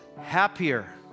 happier